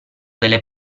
delle